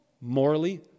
morally